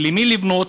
למי לבנות?